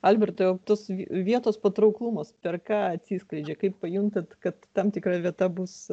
albertai o tos vietos patrauklumas per ką atsiskleidžia kai pajuntat kad tam tikra vieta bus